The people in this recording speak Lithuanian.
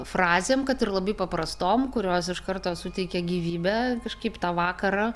frazėm kad ir labai paprastom kurios iš karto suteikia gyvybę kažkaip tą vakarą